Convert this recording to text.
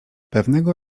pewnego